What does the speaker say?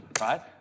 right